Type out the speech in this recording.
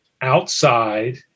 outside